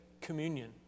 communion